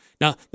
Now